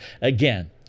again